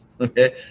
Okay